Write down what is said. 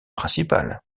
principale